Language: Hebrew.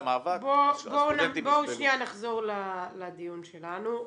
בואו שנייה נחזור לדיון שלנו.